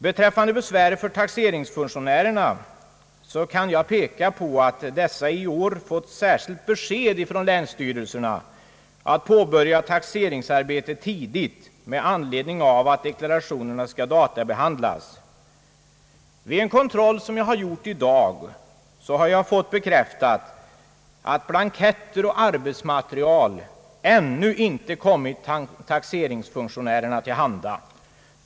Beträffande besväret för taxeringsfunktionärerna kan jag peka på att dessa i år fått särskilt besked från länsstyrelserna att påbörja taxeringsarbetet tidigt med anledning av att deklarationerna skall databehandlas. Vid en kontroll som jag gjort i dag har jag fått bekräftat, att blanketter och arbetsmaterial ännu inte kommit taxeringsfunktionärerna till handa.